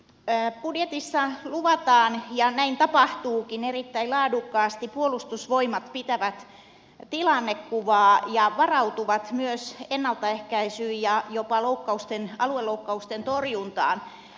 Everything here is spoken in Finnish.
budjetissa luvataan ja näin tapahtuukin erittäin laadukkaasti että puolustusvoimat pitävät tilannekuvaa ja varautuvat myös ennaltaehkäisyyn ja jopa alueloukkausten torjuntaan